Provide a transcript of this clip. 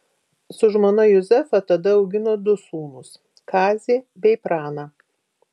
su žmona juzefa tada augino du sūnus kazį bei praną